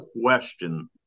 question